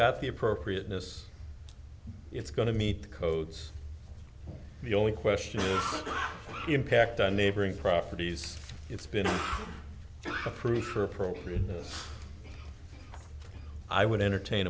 got the appropriateness it's going to meet codes the only question the impact on neighboring properties it's been approved for appropriateness i would entertain